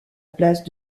place